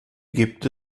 gibt